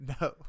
No